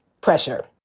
pressure